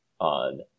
on